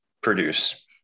produce